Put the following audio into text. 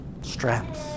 straps